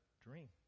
dream